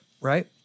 right